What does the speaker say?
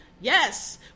yes